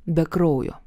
be kraujo